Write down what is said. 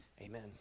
Amen